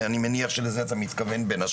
אני מניח שלזה אתה מתכוון בין השאר.